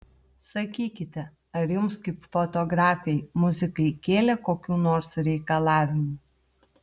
sakykite ar jums kaip fotografei muzikai kėlė kokių nors reikalavimų